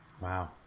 wow